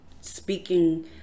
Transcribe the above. speaking